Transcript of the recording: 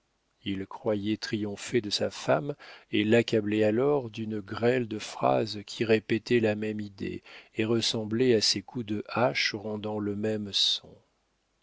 il croyait triompher de sa femme et l'accablait alors d'une grêle de phrases qui répétaient la même idée et ressemblaient à des coups de hache rendant le même son